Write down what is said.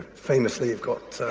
famously you've got,